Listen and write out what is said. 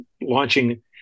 launching